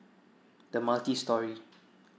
the multi storey